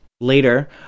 Later